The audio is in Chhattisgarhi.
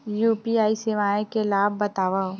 यू.पी.आई सेवाएं के लाभ बतावव?